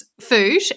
food